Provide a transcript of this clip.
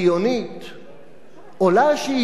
עולה שאיפה למשהו אחר,